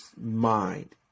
mind